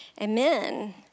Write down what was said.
amen